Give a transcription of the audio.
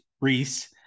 Reese